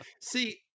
See